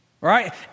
Right